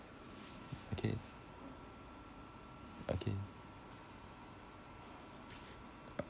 okay okay